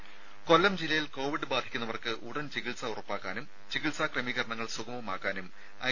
രെട കൊല്ലം ജില്ലയിൽ കോവിഡ് ബാധിക്കുന്നവർക്ക് ഉടൻ ചികിത്സ ഉറപ്പാക്കാനും ചികിത്സാ ക്രമീകരണങ്ങൾ സുഗമമാക്കാനും ഐ